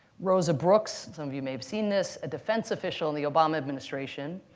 rosa brooks some of you may have seen this a defense official in the obama administration,